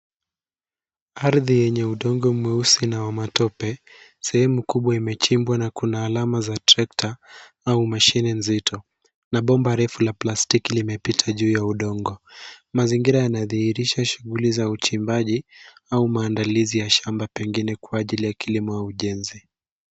Ardhi yenye udongo mweusi na wa matope. Sehemu kubwa imechimbwa na kuna alama za trakta au mashine nzito, na bomba refu la plastiki limepita juu ya udongo. Mazingira yanadhihirisha shughuli za uchimbaji au maandalizi ya shamba pengine kwa ajili ya kilimo au ujenzi.